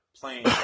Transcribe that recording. playing